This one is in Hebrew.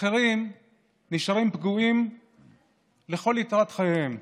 אחרים נשארים פגועים לכל יתרת חייהם.